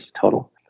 total